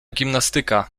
gimnastyka